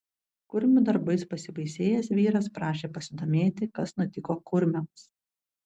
kurmių darbais pasibaisėjęs vyras prašė pasidomėti kas nutiko kurmiams